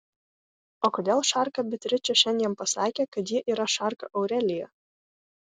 o kodėl šarka beatričė šiandien pasakė kad ji yra šarka aurelija